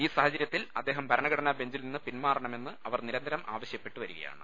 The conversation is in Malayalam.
ഈ സാഹചര്യത്തിൽ അദ്ദേഹം ഭരണഘടനാ ബെഞ്ചിൽ നിന്ന് പിൻമാറണമെന്ന് അവർ നിരന്തരം ആവശ്യപ്പെ ട്ടുവരികയാണ്